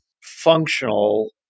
functional